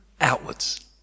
outwards